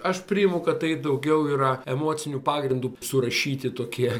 aš priimu kad tai daugiau yra emociniu pagrindu surašyti tokie